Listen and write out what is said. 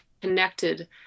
connected